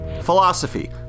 philosophy